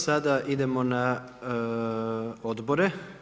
Sada idemo na odbore.